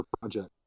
project